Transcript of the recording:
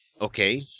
Okay